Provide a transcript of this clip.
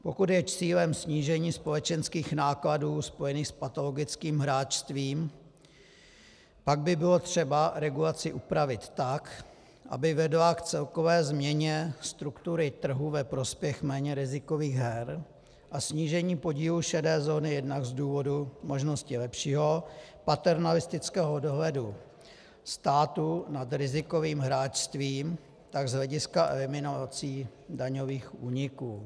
Pokud je cílem snížení společenských nákladů spojených s patologickým hráčstvím, pak by bylo třeba regulaci upravit tak, aby vedla k celkové změně struktury trhu ve prospěch méně rizikových her a snížení podílu šedé zóny jednak z důvodu možnosti lepšího paternalistického dohledu státu nad rizikovým hráčstvím, tak z hlediska eliminací daňových úniků.